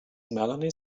melanie